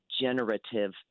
generative